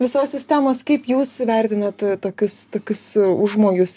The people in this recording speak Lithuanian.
visos sistemos kaip jūs vertinat tokius tokius užmojus